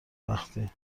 وقتی